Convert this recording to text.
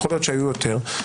אולי היו יותר,